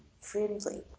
friendly